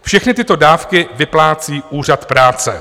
Všechny tyto dávky vyplácí úřad práce.